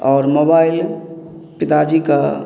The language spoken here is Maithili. आओर मोबाइल पिताजीके